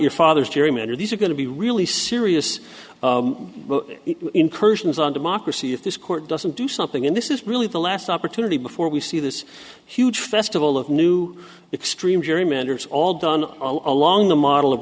your father's gerrymandered these are going to be really serious incursions on democracy if this court doesn't do something in this is really the last opportunity before we see this huge festival of new extreme gerrymander it's all done along the model of